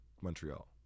montreal